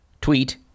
tweet